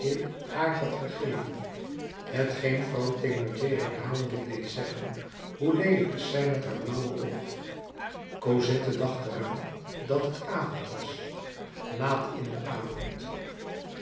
haar had gegeven hetgeen vrouw thénardier herhaaldelijk deed zeggen hoe leelijk is zij met haar blauwe oog cosette dacht er aan dat het avond was laat in den avond